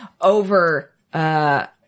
over